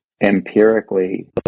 empirically